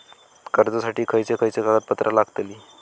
कर्जासाठी खयचे खयचे कागदपत्रा लागतली?